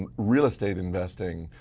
um real estate investing,